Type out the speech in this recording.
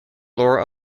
laura